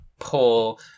pull